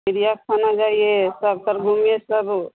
चिड़ियाखाना जाइए सब तर घूमिए सब